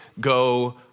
go